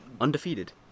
Undefeated